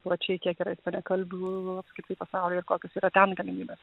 plačiai kiek yra ispanakalbių apskritai pasaulyje kokios yra ten galimybės